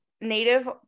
native